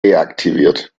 deaktiviert